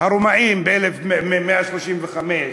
הרומאים ב-1135,